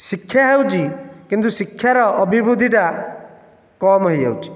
ଶିକ୍ଷା ହେଉଛି କିନ୍ତୁ ଶିକ୍ଷାର ଅଭିବୃଦ୍ଧି ଟା କମ ହୋଇଯାଉଛି